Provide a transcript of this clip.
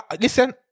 Listen